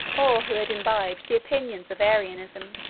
or who had imbibed the opinions of arianism.